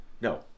No